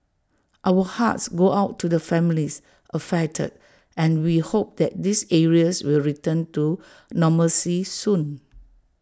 our hearts go out to the families affected and we hope that these areas will return to normalcy soon